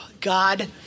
God